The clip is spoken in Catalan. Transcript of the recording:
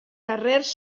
carrers